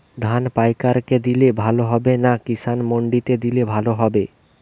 ধান পাইকার কে দিলে ভালো হবে না কিষান মন্ডিতে দিলে ভালো হবে?